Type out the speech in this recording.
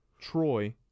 Troy